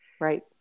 Right